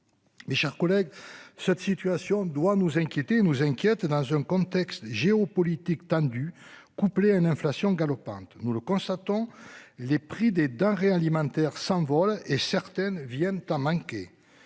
Mes chers collègues, cette situation doit nous inquiéter nous inquiète dans un contexte géopolitique tendu couplée à une inflation galopante, nous le constatons les prix des denrées alimentaires s'envolent et certaines viennent à manquer.